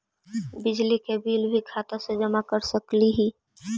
बिजली के बिल भी खाता से जमा कर सकली ही?